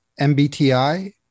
MBTI